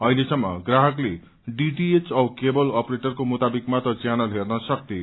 अहिलेसम्म ग्राहकले डीटीएच औ केबल अपरेटरको मुताबिक मात्र च्यानल हेर्न सक्ये